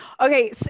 okay